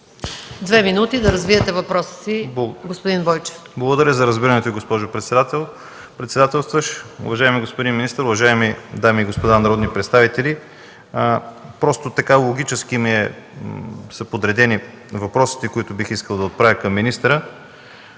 две минути да развиете въпроса си. ЖЕЛЬО БОЙЧЕВ (КБ): Благодаря за разбирането, госпожо председателстващ. Уважаеми господин министър, уважаеми дами и господа народни представители! Просто така логически са подредени въпросите, които бих искал да отправя към министъра.